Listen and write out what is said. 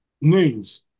news